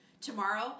tomorrow